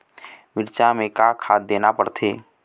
मिरचा मे का खाद देना पड़थे?